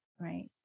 Right